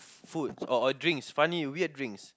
food or or drinks funny weird drinks